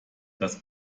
das